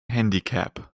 handicap